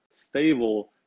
stable